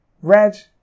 red